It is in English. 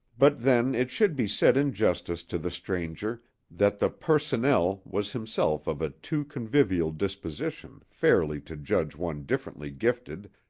but then it should be said in justice to the stranger that the personnel was himself of a too convivial disposition fairly to judge one differently gifted,